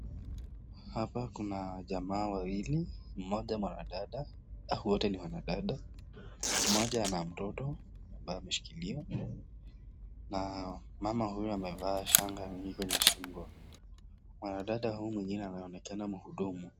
Hapa kuna jamaa wawili, mmoja mwanadada, wote ni wanadada, mmoja ana mtoto ambaye ameshikilia, na mama huyu amevaa shanga kwenye shingo. Mwanadada huyu mwingine anaonekana mhudumu.